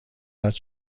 است